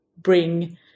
bring